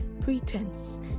pretense